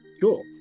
Cool